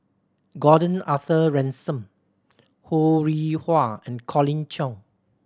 Gordon Arthur Ransome Ho Rih Hwa and Colin Cheong